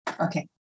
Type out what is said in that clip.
okay